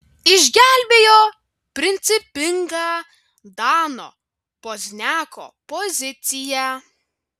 išgelbėjo principinga dano pozniako pozicija